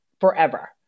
forever